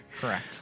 Correct